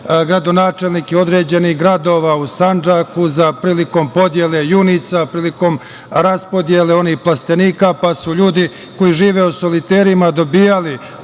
gradonačelnike određenih gradova u Sandžaku, prilikom podele junica, prilikom raspodele onih plastenika, pa su ljudi koji žive u soliterima dobijali